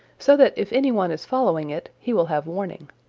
so that if any one is following it he will have warning.